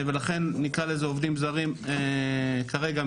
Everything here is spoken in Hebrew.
ולכן נקרא לזה עובדים זרים מתאילנד כרגע,